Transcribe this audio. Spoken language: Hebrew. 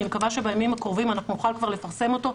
אני מקווה שבימים הקרובים אנחנו נוכל כבר לפרסם אותו.